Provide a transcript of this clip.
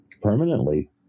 permanently